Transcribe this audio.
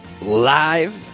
live